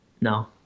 No